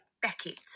Beckett